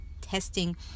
testing